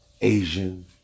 Asian